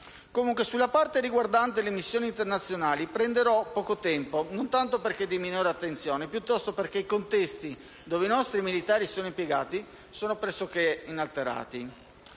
posto. Sulla parte riguardante le missioni internazionali, prenderò poco tempo, non tanto perché di minore attenzione, piuttosto perché i contesti dove i nostri militari sono impiegati sono pressoché inalterati,